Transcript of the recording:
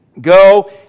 go